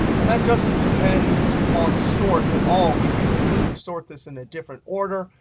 and that doesn't depend on sort at all. we could completely sort this in a different order,